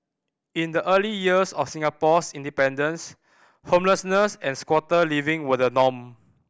in the early years of Singapore's independence homelessness and squatter living were the norm